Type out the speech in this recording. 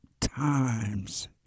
times